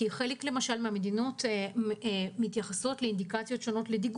וחבל שאחות תעשה את זה,